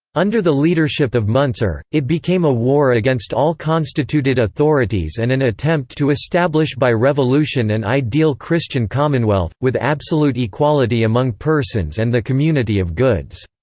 under the leadership of muntzer, it became a war against all constituted authorities and an attempt to establish by revolution an and ideal christian commonwealth, with absolute equality among persons and the community of goods.